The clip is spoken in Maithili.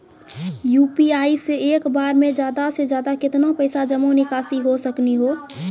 यु.पी.आई से एक बार मे ज्यादा से ज्यादा केतना पैसा जमा निकासी हो सकनी हो?